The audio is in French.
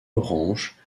orange